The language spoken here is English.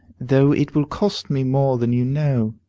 though it will cost me more than you know.